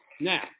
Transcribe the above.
Now